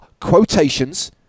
quotations